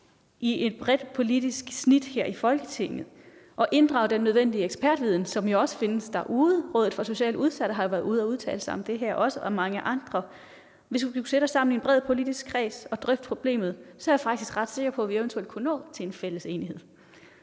sammen bredt politisk her i Folketinget og inddrage den nødvendige ekspertviden, som også findes derude. Rådet for Socialt Udsatte har jo været ude og udtale sig om det her. Det har mange andre også. Hvis vi kunne sætte os sammen i en bred politisk kreds og drøfte problemet, er jeg faktisk ret sikker på, at vi eventuelt kunne blive enige.